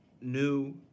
new